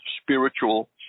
spiritual